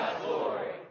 glory